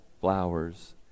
flowers